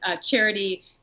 charity